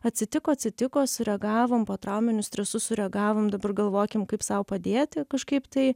atsitiko atsitiko sureagavom potrauminiu stresu sureagavom dabar galvokim kaip sau padėti kažkaip tai